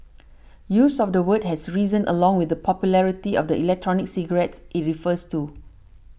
use of the word has risen along with the popularity of the electronic cigarettes it refers to